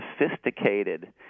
sophisticated